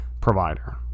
provider